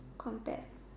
compared